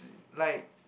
like